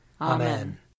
Amen